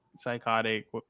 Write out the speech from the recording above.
Psychotic